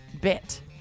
bit